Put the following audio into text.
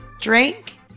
drink